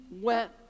went